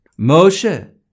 Moshe